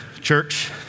church